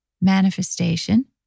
manifestation